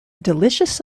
delicious